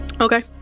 Okay